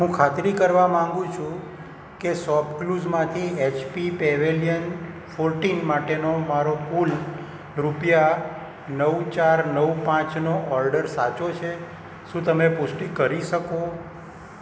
હું ખાતરી કરવા માગું છું કે શોપક્લૂઝમાંથી એચપી પેવેલિયન ફોર્ટિન માટેનો મારો કુલ રૂપિયા નવ ચાર નવ પાંચનો ઓર્ડર સાચો છે શું તમે પુષ્ટિ કરી શકો